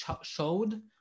showed